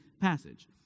passage